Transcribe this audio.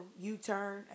U-turn